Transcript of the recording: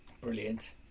brilliant